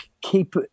keep